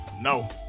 No